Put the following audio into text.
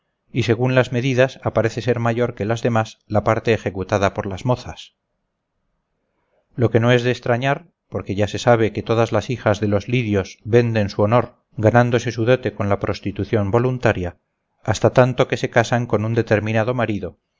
y según las medidas aparece ser mayor que las demás la parte ejecutada por las mozas lo que no es de extrañar porque ya se sabe que todas las hijas de los lidios venden su honor ganándose su dote con la prostitución voluntaria hasta tanto que se casan con un determinado marido